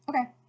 Okay